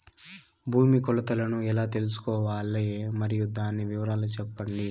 భూమి కొలతలను ఎలా తెల్సుకోవాలి? మరియు దాని వివరాలు సెప్పండి?